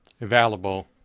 available